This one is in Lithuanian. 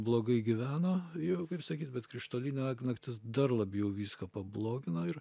blogai gyveno jau kaip sakyt bet krištolinė naktis dar labjau viską pablogino ir